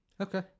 Okay